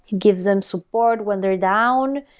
gives them support when they're down,